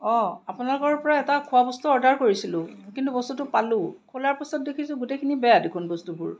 অঁ আপোনালোকৰ পৰা এটা খোৱা বস্তু অৰ্ডাৰ কৰিছিলোঁ কিন্তু বস্তুটো পালোঁ খোলাৰ পিছত দেখিছোঁ গোটেইখিনি বেয়া দেখোন বস্তুবোৰ